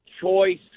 choice